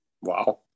Wow